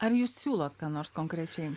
ar jūs siūlot ką nors konkrečiai